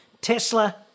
Tesla